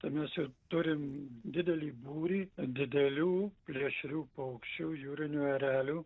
vadinasi turim didelį būrį didelių plėšrių paukščių jūrinių erelių